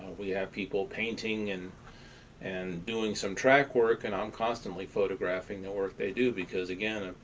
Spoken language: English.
we have people painting and and doing some track work and i'm constantly photographing the work they do because, again,